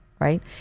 right